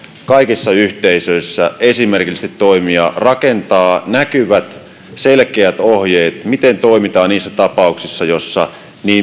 kaikissa yhteisöissä esimerkillisesti toimia rakentaa näkyvät selkeät ohjeet miten toimitaan niissä tapauksissa joissa